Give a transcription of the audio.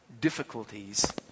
difficulties